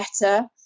better